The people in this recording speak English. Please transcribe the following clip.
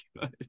good